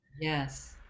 Yes